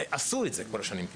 ועשו את זה כל השנים.